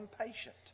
impatient